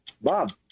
Bob